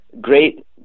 great